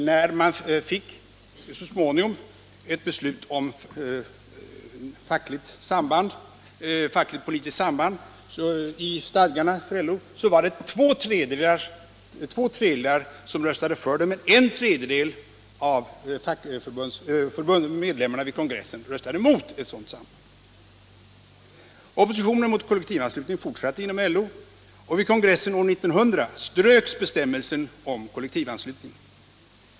När så småningom ett beslut om fackligt-politiskt samband i LO:s stadgar fattades var det två tredjedelar som röstade för medan en tredjedel av kongressombuden röstade mot ett sådant samband. Oppositionen mot kollektivanslutning fortsatte inom LO, och vid kongressen år 1900 ströks bestämmelsen om kollektivanslutning.